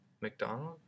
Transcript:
McDonald